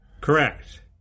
Correct